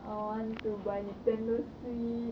I want to buy an Nintendo switch